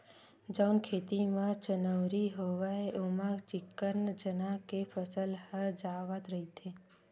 जउन खेत म चनउरी होइस ओमा चिक्कन चना के फसल ह जावत रहिथे